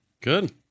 Good